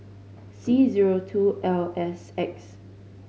C zero two L S X